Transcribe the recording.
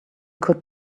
could